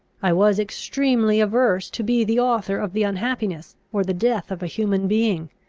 i was extremely averse to be the author of the unhappiness or the death of a human being.